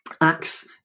Acts